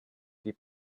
die